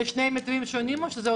זה שני מתווים שונים או שזה אותו דבר?